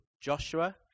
Joshua